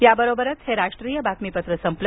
याबरोबरच हे राष्ट्रीय बातमीपत्र संपलं